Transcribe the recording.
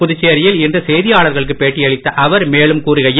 புதுச்சேரியில் இன்று செய்தியாளர்களுக்கு பேட்டியளித்த அவர்மேலும் கூறுகையில்